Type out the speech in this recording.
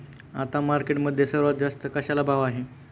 आता मार्केटमध्ये सर्वात जास्त कशाला भाव आहे?